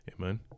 amen